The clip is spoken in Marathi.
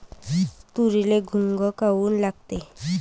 तुरीले घुंग काऊन लागते?